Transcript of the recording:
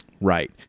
Right